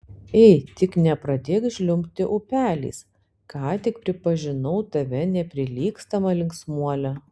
ei tik nepradėk žliumbti upeliais ką tik pripažinau tave neprilygstama linksmuole